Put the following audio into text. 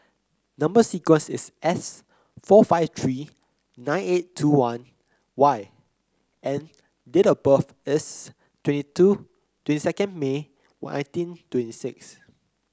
number sequence is S four five three nine eight two one Y and date of birth is twenty two twenty second May nineteen twenty six